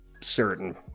certain